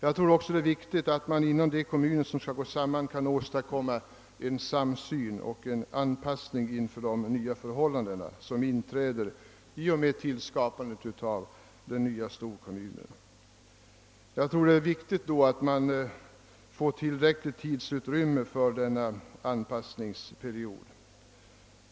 Jag tror också att det är viktigt att inom de kommuner som skall gå samman åstadkomma en samsyn och en anpassning då det gäller de nya förhållanden som inträder i och med tillskapandet av storkommunen. Det är då betydelsefullt att man får tillräckligt med tid för denna anpassning.